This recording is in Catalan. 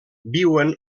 viuen